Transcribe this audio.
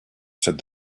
said